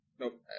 Nope